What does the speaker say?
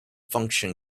function